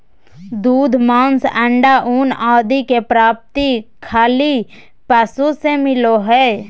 दूध, मांस, अण्डा, ऊन आदि के प्राप्ति खली पशु से मिलो हइ